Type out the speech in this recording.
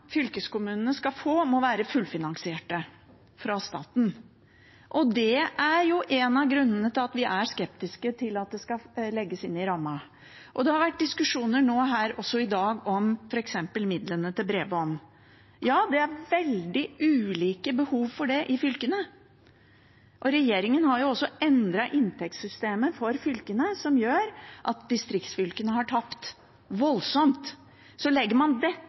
fylkeskommunene skal få, må være fullfinansiert av staten. Det er en av grunnene til at vi er skeptisk til at det skal legges inn i rammen. Det har vært diskusjoner også her i dag om f.eks. midlene til bredbånd. Det er veldig ulike behov for det i fylkene. Regjeringen har også endret inntektssystemet for fylkene, som gjør at distriktsfylkene har tapt voldsomt. Legger man dette inn til utbygging i regionene, vil mye av pengene havne i Oslo. Det